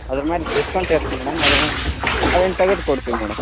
ಅದ್ರ ಮೇಲೆ ಡಿಸ್ಕೌಂಟ್ ಇರತ್ ಮೇಡಮ್ ಅದ್ರನ್ನು ಅದನ್ನು ತೆಗದು ಕೊಡ್ತಿವಿ ಮೇಡಮ್